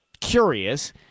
curious